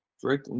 Drake